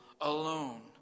alone